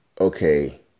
okay